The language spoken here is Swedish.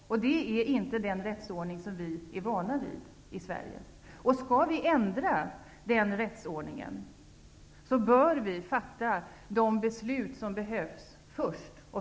Det är inte den rättsordning som vi är vana vid i Sverige. Skall den rättsordningen ändras, bör vi fatta de beslut som behövs först.